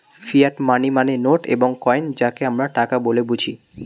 fiat money মানে note এবং coin যাকে আমরা টাকা বলে বুঝি